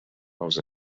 els